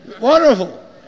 Wonderful